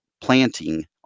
planting